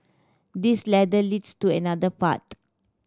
this ladder leads to another path